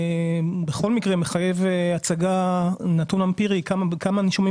בכל מקרה מחייב הצגה של נתון אמפירי: בכמה נישומים